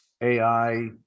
AI